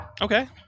Okay